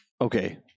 Okay